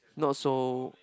not so